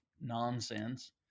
nonsense